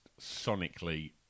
sonically